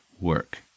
work